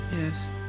yes